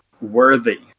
worthy